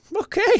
Okay